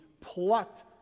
plucked